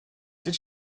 did